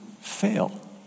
fail